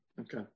Okay